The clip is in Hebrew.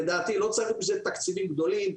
לדעתי לא צריך בשביל זה תקציבים גדולים-גדולים,